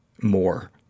more